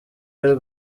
y’u